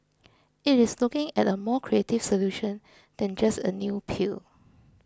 it is looking at a more creative solution than just a new pill